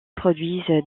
produisent